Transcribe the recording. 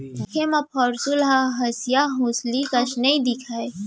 दिखे म पौंसुल हर हँसिया हँसुली कस नइ दिखय